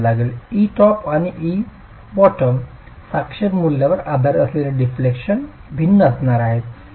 etop आणि ebottom सापेक्ष मूल्यांवर आधारित आपले डिफेक्शन भिन्न असणार आहेत